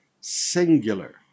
Singular